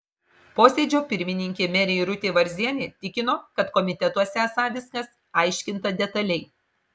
posėdžio pirmininkė merė irutė varzienė tikino kad komitetuose esą viskas aiškinta detaliai